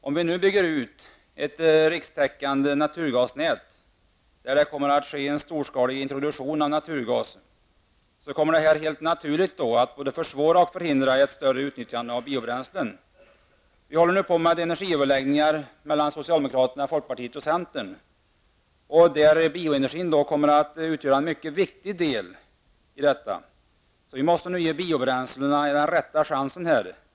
Om vi nu bygger ut ett rikstäckande naturgasnät där det kommer att ske en storskalig introduktion av naturgas, kommer detta helt naturligt att både försvåra och förhindra ett större utnyttjande av biobränslen. Vi håller nu på med energiöverläggningar mellan socialdemokraterna, folkpartiet och centern. Bioenergin kommer att utgöra en mycket viktig del. Vi måste nu ge biobränslena den rätta chansen.